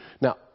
Now